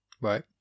right